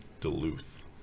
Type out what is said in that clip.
Duluth